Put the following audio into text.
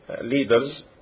leaders